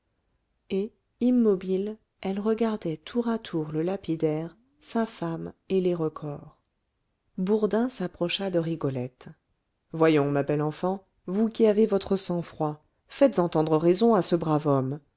et immobile elle regardait tour à tour le lapidaire sa femme et les recors bourdin s'approcha de rigolette voyons ma belle enfant vous qui avez votre sang-froid faites entendre raison à ce brave homme